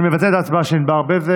אני מבטל את ההצבעה של ענבר בזק.